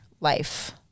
life